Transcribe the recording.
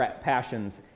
passions